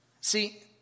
See